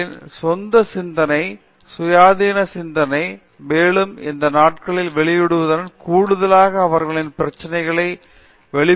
நிர்மலா அவர்களின் சொந்த சிந்தனை சுயாதீன சிந்தனை மேலும் இந்த நாட்களில் வெளியீட்டுடன் கூடுதலாக அவர்களின் பிரச்சினைகளை வெளிப்படுத்த முடியுமென நான் நினைக்கிறேன்